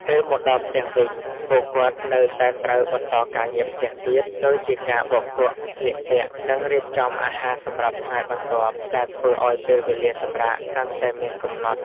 ពេលមកដល់ផ្ទះវិញ ពួកគាត់នៅតែត្រូវបន្តការងារផ្ទះទៀត ដូចជាការបោកគក់ ស្លៀកពាក់ និងរៀបចំអាហារសម្រាប់ថ្ងៃបន្ទាប់ ដែលធ្វើឱ្យពេលវេលាសម្រាកកាន់តែមានកំណត់។